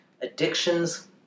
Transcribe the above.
Addictions